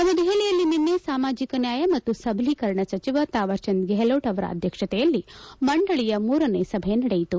ನವದೆಹಲಿಯಲ್ಲಿ ನಿನ್ನೆ ಸಾಮಾಜಿಕ ನ್ನಾಯ ಮತ್ತು ಸಬಲೀಕರಣ ಸಚಿವ ತಾವರ್ಚಂದ್ ಗೆಹ್ಲೋಟ್ ಅವರ ಅಧ್ಯಕ್ಷತೆಯಲ್ಲಿ ಮಂಡಳಿಯ ಮೂರನೇ ಸಭೆ ನಡೆಯಿತು